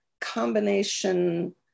combination